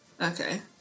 Okay